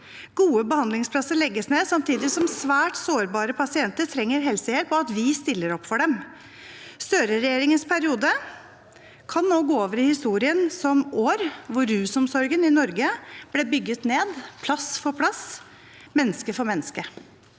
Gode behandlingsplasser legges ned samtidig som svært sårbare pasienter trenger helsehjelp og at vi stiller opp for dem. Støreregjeringens periode kan gå over i historien som år hvor rusomsorgen i Norge ble bygget ned, plass for plass, menneske for menneske.